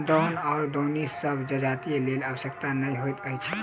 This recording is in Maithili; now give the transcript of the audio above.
दौन वा दौनी सभ जजातिक लेल आवश्यक नै होइत अछि